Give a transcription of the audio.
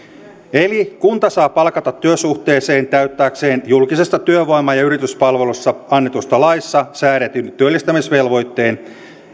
eli kunta saa palkata työsuhteeseen täyttääkseen julkisesta työvoima ja yrityspalvelusta annetussa laissa säädetyn työllistämisvelvoitteen